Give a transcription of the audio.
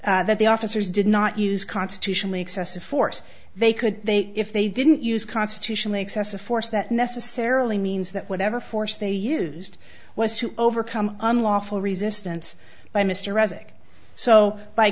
that the officers did not use constitutionally excessive force they could they if they didn't use constitutionally excessive force that necessarily means that whatever force they used was to overcome unlawful resistance by mr resig so by